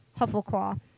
Huffleclaw